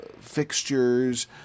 fixtures